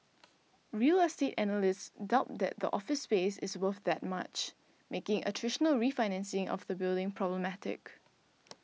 real estate analysts doubt that the office space is worth that much making a traditional refinancing of the building problematic